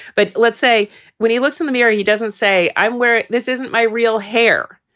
but let's say when he looks in the mirror, he doesn't say i'm where this isn't my real hair.